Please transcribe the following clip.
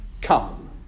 come